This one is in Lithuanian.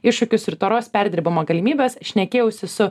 iššūkius ir taros perdirbimo galimybes šnekėjausi su